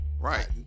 Right